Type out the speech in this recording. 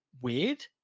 weird